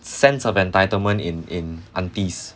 sense of entitlement in in aunties